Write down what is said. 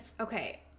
okay